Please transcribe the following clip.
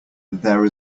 there